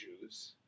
jews